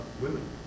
women